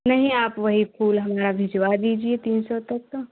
नहीं आप वही फूल हमारा भिजवा दीजिए तीन सौ तक का